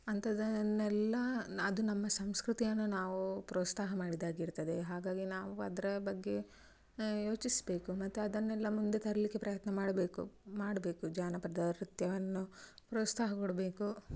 ಅಂಥದನ್ನೆಲ್ಲಾ ನ ಅದು ನಮ್ಮ ಸಂಸ್ಕೃತಿಯನ್ನು ನಾವು ಪ್ರೋತ್ಸಾಹ ಮಾಡಿದಾಗ ಇರ್ತದೆ ಹಾಗಾಗಿ ನಾವು ಅದರ ಬಗ್ಗೆ ಯೋಚಿಸ್ಬೇಸಬೇ ಮತ್ತು ಅದನ್ನೆಲ್ಲ ಮುಂದೆ ತರಲಿಕ್ಕೆ ಪ್ರಯತ್ನ ಮಾಡಬೇಕು ಮಾಡಬೇಕು ಜಾನಪದ ನೃತ್ಯವನ್ನು ಪ್ರೋತ್ಸಾಹಗೊಡ್ಬೇಕು